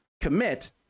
commit